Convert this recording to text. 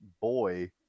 boy